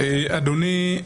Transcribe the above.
אדוני,